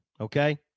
okay